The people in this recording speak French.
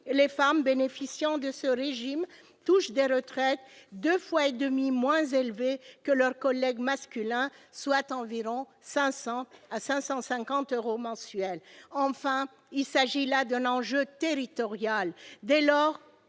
les femmes bénéficiant de ce régime touchent des retraites deux fois et demie moins élevées que celles de leurs collègues masculins, soit environ 500 euros à 550 euros mensuels. Enfin, il s'agit d'un enjeu territorial